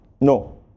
No